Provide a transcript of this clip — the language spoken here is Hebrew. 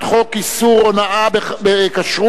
לחוק-יסוד: הכנסת),